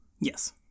Yes